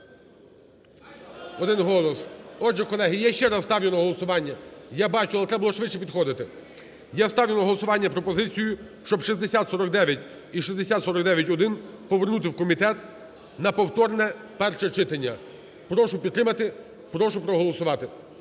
Один голос. Отже, колеги, я ще раз ставлю на голосування, я бачу, але треба було швидше підходити. Я ставлю на голосування пропозицію, щоб 6049 і 6049-1 повернути в комітет на повторне перше читання. Прошу підтримати, прошу проголосувати.